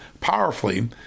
powerfully